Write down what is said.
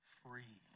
free